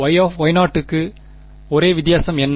Y0 க்கு ஒரே வித்தியாசம் என்ன